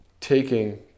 taking